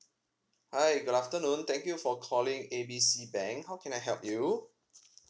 hi good afternoon thank you for calling A B C bank how can I help you